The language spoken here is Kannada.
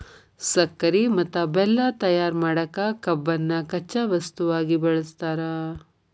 ಸಕ್ಕರಿ ಮತ್ತ ಬೆಲ್ಲ ತಯಾರ್ ಮಾಡಕ್ ಕಬ್ಬನ್ನ ಕಚ್ಚಾ ವಸ್ತುವಾಗಿ ಬಳಸ್ತಾರ